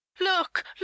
look